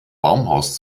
baumhaus